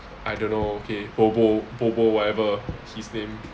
I don't know okay bobo bobo whatever his name